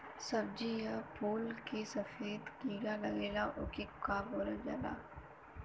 सब्ज़ी या फुल में सफेद कीड़ा लगेला ओके का बोलल जाला?